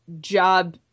job